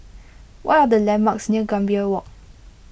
what are the landmarks near Gambir Walk